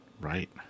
Right